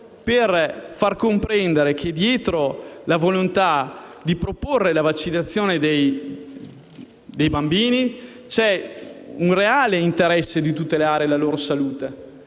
per far comprendere che, dietro la volontà di proporre la vaccinazione dei bambini, c'è il reale interesse a tutelare la loro salute.